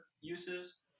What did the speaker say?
uses